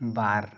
ᱵᱟᱨ